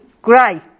cry